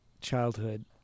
childhood